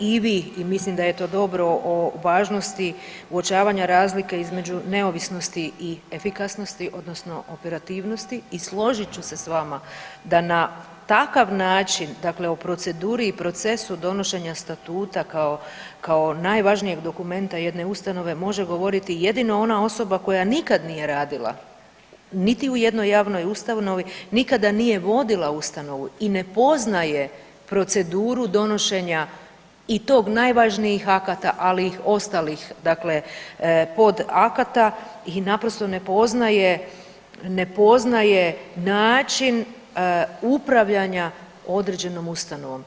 i vi i mislim da je to dobro, o važnosti uočavanja razlike između neovisnosti i efikasnosti odnosno operativnosti i složit ću se s vama da na takav način, dakle o proceduri i procesu donošenja statuta kao, kao najvažnijeg dokumenta jedne ustanove može govoriti jedino ona osoba koja nikad nije radila niti u jednoj javnoj ustanovi, nikada nije vodila ustanovu i ne poznaje proceduru donošenja i tog najvažnijih akata, ali i ostalih dakle podakata i naprosto ne poznaje, ne poznaje način upravljanja određenom ustanovom.